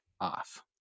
off